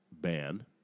ban